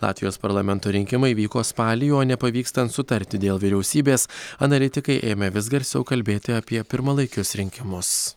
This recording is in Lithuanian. latvijos parlamento rinkimai vyko spalį o nepavykstant sutarti dėl vyriausybės analitikai ėmė vis garsiau kalbėti apie pirmalaikius rinkimus